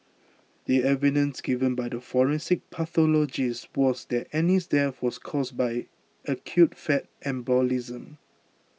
the evidence given by the forensic pathologist was that Annie's death was caused by acute fat embolism